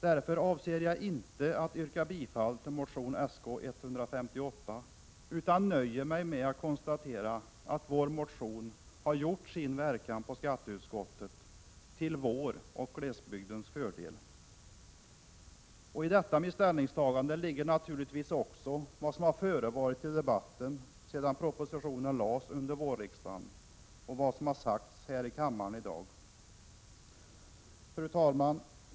Därför avser jag inte att yrka bifall till motion Sk158 utan nöjer mig med att konstatera att vår motion har gjort sin verkan på skatteutskottet — till vår och glesbygdens fördel. Till detta mitt ställningstagande bidrar naturligtvis också vad som har förevarit i debatten sedan propositionen lades fram under vårriksdagen och vad som har sagts här i kammaren i dag. Fru talman!